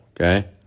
okay